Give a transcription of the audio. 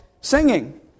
singing